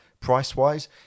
Price-wise